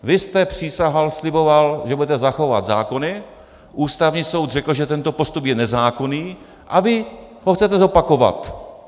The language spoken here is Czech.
Vy jste přísahal, sliboval, že budete zachovávat zákony, Ústavní soud řekl, že tento postup je nezákonný, a vy ho chcete zopakovat.